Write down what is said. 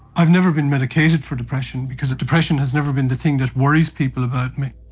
i've never been medicated for depression because the depression has never been the thing that worries people about me.